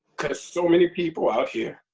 kind of so many people out here.